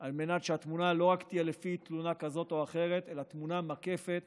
על מנת שהתמונה תהיה לא רק לפי תלונה כזאת או אחרת אלא תמונה מקפת,